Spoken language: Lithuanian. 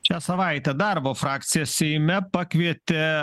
šią savaitę darbo frakcija seime pakvietė